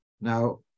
Now